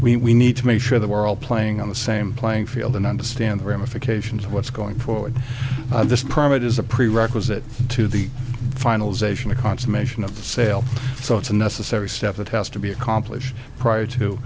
we need to make sure that we're all playing on the same playing field and understand the ramifications of what's going forward this permit is a prerequisite to the finalization a consummation of the sale so it's a necessary step that has to be accomplished prior to